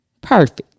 Perfect